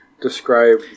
Describe